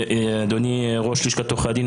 אדוני ראש לשכת עורכי הדין,